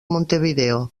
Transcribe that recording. montevideo